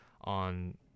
on